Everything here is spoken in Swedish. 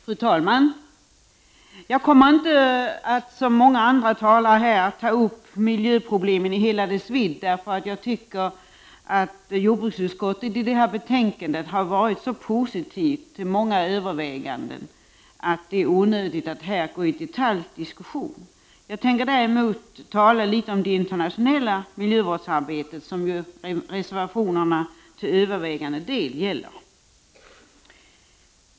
Fru talman! Jag kommer inte, som många andra talare, att ta upp miljöproblemen i hela deras vidd, då jordbruksutskottet i detta betänkande har varit så positivt till många överväganden att det är onödigt att här gå in i en detaljdiskussion. Jag skall däremot tala litet om det internationella miljöarbetet, som reservationerna till övervägande del gäller.